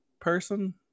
person